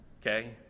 Okay